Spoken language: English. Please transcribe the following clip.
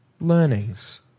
learnings